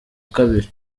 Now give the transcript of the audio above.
kabiri